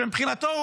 שמבחינתו,